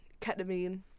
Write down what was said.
ketamine